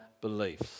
beliefs